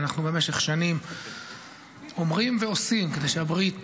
ואנחנו במשך שנים אומרים ועושים כדי שהברית